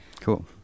Cool